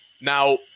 Now